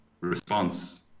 response